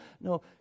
No